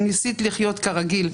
ניסית לחיות כרגיל,